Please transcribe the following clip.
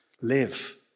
live